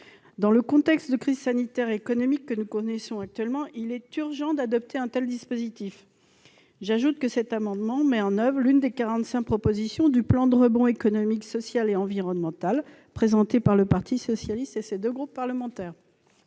Dans le contexte de crise sanitaire et économique que nous connaissons actuellement, il est urgent d'adopter un tel dispositif. J'ajoute que cet amendement met en oeuvre l'une des 45 propositions du plan de rebond économique, social et environnemental présenté par le Parti socialiste et ses deux groupes parlementaires.